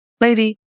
Lady